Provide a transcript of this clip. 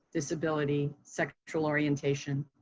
disability, sexual orientation,